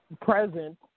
present